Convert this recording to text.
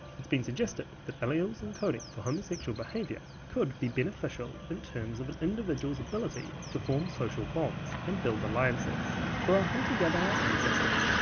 it's been suggested that alleles encoding for homosexual behavior could be beneficial in terms of an individual's ability to form social bonds and build alliances. for our hunter gather ancestors,